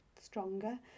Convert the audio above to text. stronger